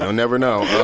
and never know.